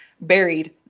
buried